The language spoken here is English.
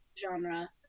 genre